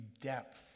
depth